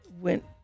went